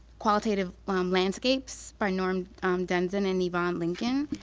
qualitative um landscapes by norm denzin and yvonne lincoln,